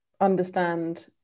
understand